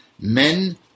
Men